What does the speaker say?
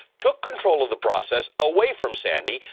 took control of the process away from sandy,